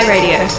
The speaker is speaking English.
Radio